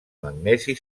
magnesi